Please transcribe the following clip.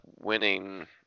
winning